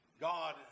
God